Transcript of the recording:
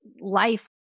life